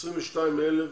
22,000 קשישים.